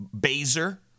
Baser